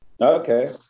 Okay